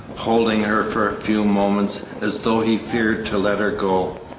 holding her for a few moments as though he feared to let her go.